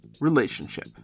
relationship